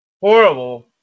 horrible